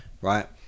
right